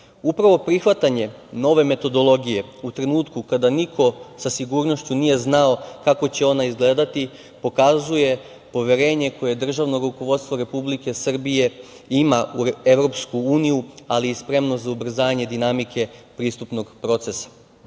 prihvatanje nove metodologije u trenutku kada niko sa sigurnošću nije znao kako će ona izgledati pokazuje poverenje koje državno rukovodstvo Republike Srbije ima u EU, ali i spremnost za ubrzanje dinamike pristupnog procesa. Glavne